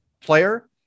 player